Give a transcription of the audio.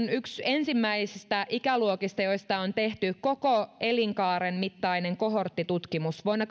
yksi ensimmäisistä ikäluokista joista on tehty koko elinkaaren mittainen kohorttitutkimus vuonna